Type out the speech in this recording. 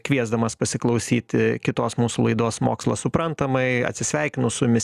kviesdamas pasiklausyti kitos mūsų laidos mokslas suprantamai atsisveikinu su jumis